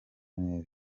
neza